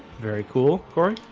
very cool corey